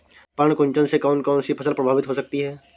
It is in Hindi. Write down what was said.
पर्ण कुंचन से कौन कौन सी फसल प्रभावित हो सकती है?